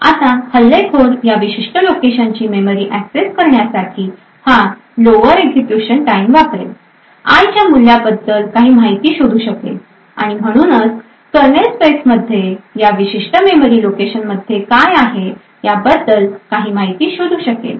आता हल्लेखोर या विशिष्ट लोकेशनची मेमरी ऍक्सेस करण्यासाठी हा लोअर एक्झिक्युशन टाईम वापरेल i च्या मूल्याबद्दल काही माहिती शोधू शकेल आणि म्हणूनच कर्नल स्पेसमध्ये या विशिष्ट मेमरी लोकेशन मध्ये काय आहे याबद्दल काही माहिती शोधू शकेल